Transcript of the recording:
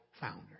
Founder